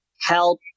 help